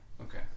Okay